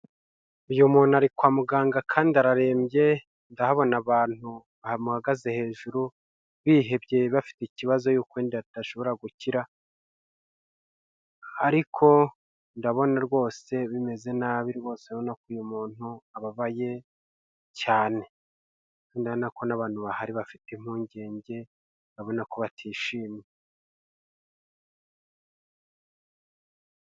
Uyu muntu ari kwa muganga kandi ararembye, ndahabona abantu bamuhagaze hejuru bihebye bafite ikibazo yuko wenda adashobora gukira, ariko ndabona rwose bimeze nabi rwose urabona ko uyu muntu ababaye cyane, kandi urabona ko n'abantu bahari bafite impungenge, urabona ko batishimye.